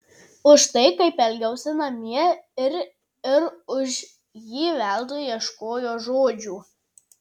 už tai kaip elgiausi namie ir ir už ji veltui ieškojo žodžių